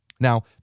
Now